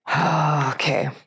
Okay